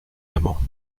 amant